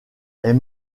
est